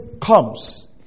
comes